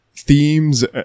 themes